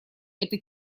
это